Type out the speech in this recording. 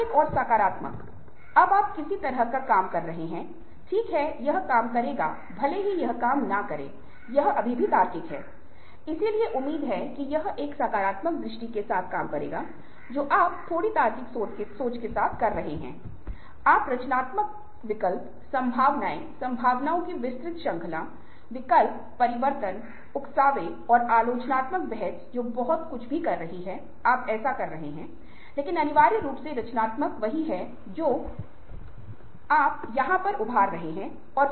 हाँ अपवाद हमेशा होते हैं लेकिन हमें दूसरों के लिए अच्छा होना चाहिए हमारे पास सहानुभूति होनी चाहिए दूसरों के लिए सहानुभूति होनी चाहिए या हमें दूसरों की बात सुननी चाहिए निश्चित रूप से अगर आप ऐसा व्यवहार कर रहे हैं तो वे भी व्यवहार करेंगे